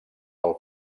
pel